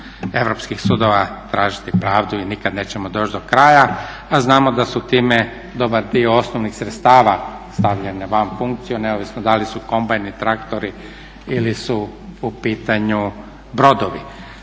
europskih sudova tražiti pravdu i nikad nećemo doći do kraja. A znamo da su time dobar dio osnovnih sredstava stavljen van funkcije, neovisno da li su kombajni, traktori ili su u pitanju brodovi.